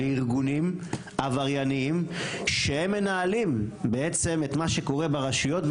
לארגונים עברייניים שהם מנהלים בעצם את מה שקורה ברשויות,